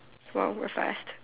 !wow! we are fast